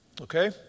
Okay